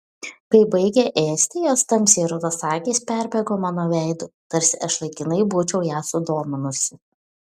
kai baigė ėsti jos tamsiai rudos akys perbėgo mano veidu tarsi aš laikinai būčiau ją sudominusi